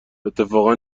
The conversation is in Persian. اتفاقا